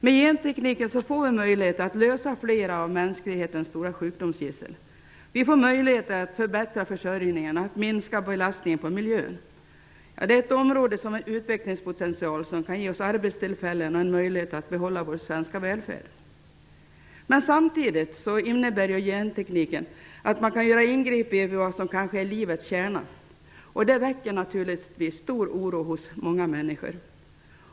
Med genteknik får vi möjligheter att komma till rätta med flera av mänsklighetens stora sjukdomsgissel. Vi får möjlighet att förbättra försörjningen och att minska belastningen på miljön. Det är ett område som har en utvecklingspotential som kan ge oss arbetstillfällen och en möjlighet att behålla vår svenska välfärd. Samtidigt innebär gentekniken att man kan göra ingrepp i vad som kanske är livets kärna. Det väcker naturligtvis stor oro hos många människor.